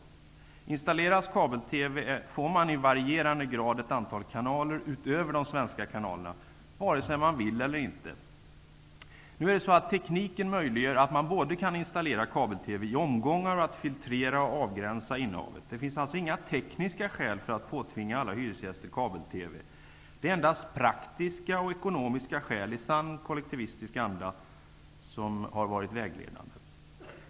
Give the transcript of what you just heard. Om kabel-TV installeras får man i varierande grad ett antal kanaler utöver de svenska kanalerna, vare sig man vill eller inte. Tekniken möjliggör både installering av kabel-TV i omgångar och filtrering och avgränsning av innehavet. Det finns alltså inga tekniska skäl för att påtvinga alla hyresgäster kabel-TV. Det är endast praktiska och ekonomiska skäl som i sann kollektivistisk anda har varit vägledande.